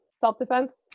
self-defense